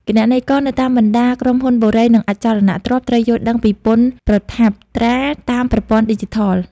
គណនេយ្យករនៅតាមបណ្តាក្រុមហ៊ុនបុរី និងអចលនទ្រព្យ ត្រូវយល់ដឹងពីពន្ធប្រថាប់ត្រាតាមប្រព័ន្ធឌីជីថល។